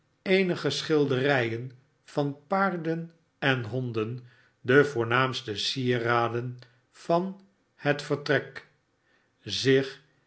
eenige schuderis van paarden en honden de voornaamste sieraden van het vsik z